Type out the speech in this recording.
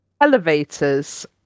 Elevators